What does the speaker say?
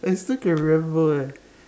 I still can remember eh